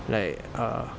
like err